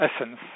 essence